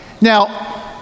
Now